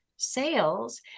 sales